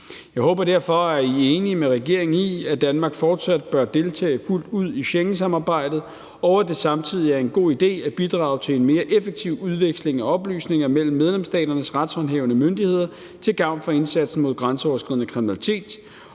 Jeg håber derfor, at I er enige med regeringen i, at Danmark fortsat bør deltage fuldt ud i Schengensamarbejdet, og at det samtidig er en god idé at bidrage til en mere effektiv udveksling af oplysninger mellem medlemsstaternes retshåndhævende myndigheder til gavn for indsatsen mod grænseoverskridende kriminalitet,